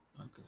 Okay